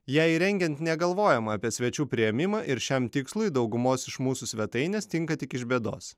ją įrengiant negalvojama apie svečių priėmimą ir šiam tikslui daugumos iš mūsų svetainės tinka tik iš bėdos